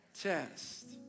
test